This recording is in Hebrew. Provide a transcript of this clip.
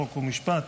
חוק ומשפט.